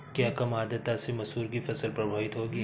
क्या कम आर्द्रता से मसूर की फसल प्रभावित होगी?